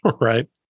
right